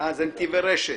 נתיבי רשת.